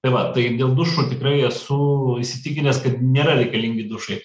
tai va tai dėl dušų tikrai esu įsitikinęs kad nėra reikalingi dušai